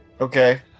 Okay